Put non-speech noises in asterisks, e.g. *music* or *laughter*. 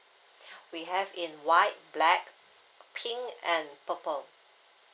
*breath* we have in white black pink and purple